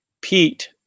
pete